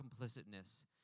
complicitness